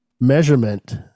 measurement